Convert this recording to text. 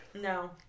No